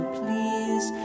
please